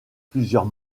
plusieurs